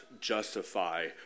justify